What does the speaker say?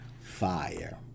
fire